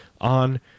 on